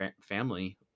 family